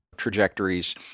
trajectories